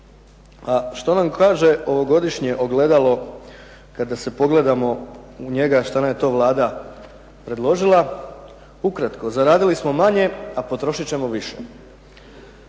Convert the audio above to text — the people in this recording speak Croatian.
A što nam kaže ovogodišnje ogledalo kada se pogledamo u njega šta nam je to Vlada predložila. Ukratko, zaradili smo manje a potrošit ćemo više.